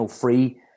free